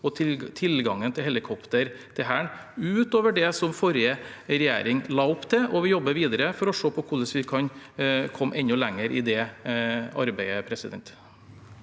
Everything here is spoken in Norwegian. og tilgangen til helikopter til Hæren, utover det som forrige regjering la opp til, og vi jobber videre for å se på hvordan vi kan komme enda lenger i det arbeidet.